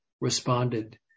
Responded